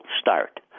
start